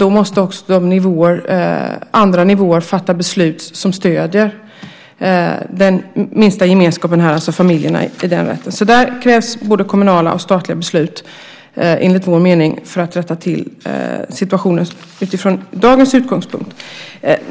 Då måste också andra nivåer fatta beslut som stöder den minsta gemenskapen här, alltså familjen, i den rätten. Där krävs både kommunala och statliga beslut enligt vår mening för att rätta till situationen utifrån dagens utgångspunkt.